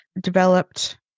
developed